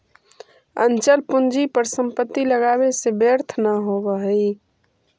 अचल पूंजी पर संपत्ति लगावे से व्यर्थ न होवऽ हई